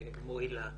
ומועילה.